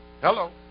Hello